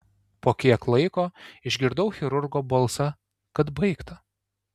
po kiek laiko išgirdau chirurgo balsą kad baigta